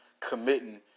Committing